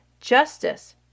justice